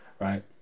right